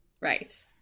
right